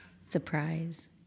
surprise